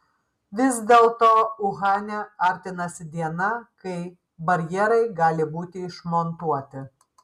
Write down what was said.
vis dėlto uhane artinasi diena kai barjerai gali būti išmontuoti